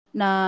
na